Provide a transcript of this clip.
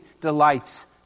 delights